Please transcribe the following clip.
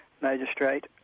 magistrate